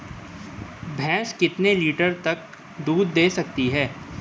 भैंस कितने लीटर तक दूध दे सकती है?